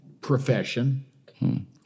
profession